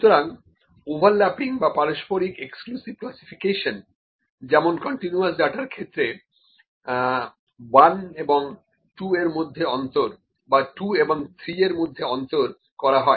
সুতরাং ওভারল্যাপিং বা পারস্পরিক এক্সক্লুসিভ ক্লাসিফিকেশন যেমন কন্টিনিউয়াস ডাটার ক্ষেত্রে 1 ও 2 এর মধ্যে অন্তর বা 2 ও 3 এর মধ্যে অন্তর করা হয়